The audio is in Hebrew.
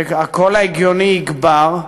ושהקול ההגיוני יגבר,